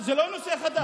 זה לא נושא חדש.